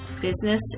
business